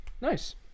Nice